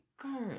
Girl